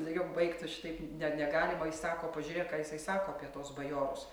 sakiau baik tu šitaip ne negalima o jis sako pažiūrėk ką jisai sako apie tuos bajorus